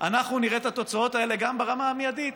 אנחנו נראה את התוצאות האלה גם ברמה המיידית,